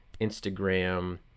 Instagram